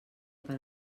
per